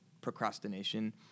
procrastination